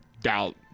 Doubt